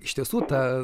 iš tiesų ta